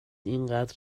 اینقدر